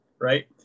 right